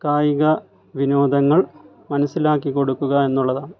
കായികവിനോദങ്ങൾ മനസ്സിലാക്കിക്കൊടുക്കുക എന്നുള്ളതാണ്